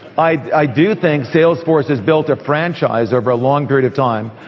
i do think salesforce has built a franchise over a long period of time,